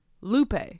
Lupe